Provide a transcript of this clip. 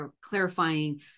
clarifying